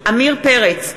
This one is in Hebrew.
עמיר פרץ,